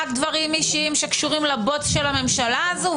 רק דברים אישיים שקשורים לבוץ של הממשלה הזו,